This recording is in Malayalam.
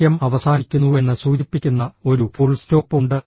വാക്യം അവസാനിക്കുന്നുവെന്ന് സൂചിപ്പിക്കുന്ന ഒരു ഫുൾ സ്റ്റോപ്പ് ഉണ്ട്